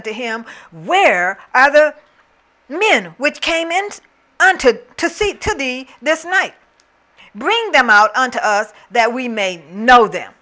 it to him where are the men which came in and to to see to the this night bring them out on to us that we may know them